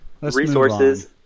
resources